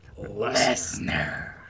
Lesnar